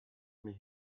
mich